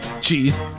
cheese